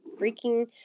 freaking